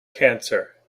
cancer